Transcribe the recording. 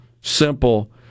simple